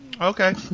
Okay